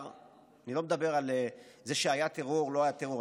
אני לא מדבר על זה שהיה טרור או לא היה טרור,